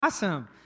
Awesome